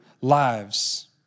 lives